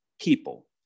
people